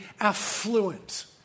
affluent